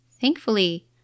Thankfully